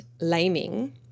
Laming